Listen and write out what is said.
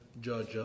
judge